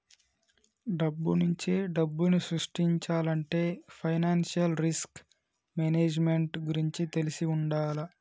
డబ్బునుంచే డబ్బుని సృష్టించాలంటే ఫైనాన్షియల్ రిస్క్ మేనేజ్మెంట్ గురించి తెలిసి వుండాల